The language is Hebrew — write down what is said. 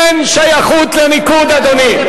אין שייכות לניקוד, אדוני.